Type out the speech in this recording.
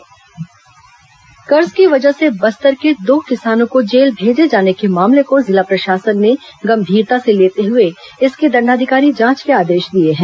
किसान जेल दंडाधिकारी जांच कर्ज की वजह से बस्तर के दो किसानों को जेल भेजे जाने के मामले को जिला प्रशासन ने गंभीरता से लेते हुए इसकी दंडाधिकारी जांच के आदेश दिए हैं